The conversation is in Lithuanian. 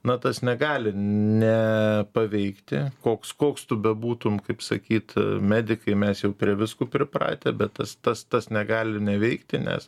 na tas negali nepaveikti koks koks tu bebūtum kaip sakyt medikai mes jau prie visko pripratę bet tas tas tas negali neveikti nes